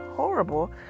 Horrible